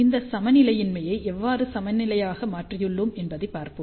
இந்த சமநிலையின்மையை எவ்வாறு சமநிலையாக மாற்றியுள்ளோம் என்று பார்ப்போம்